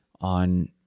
on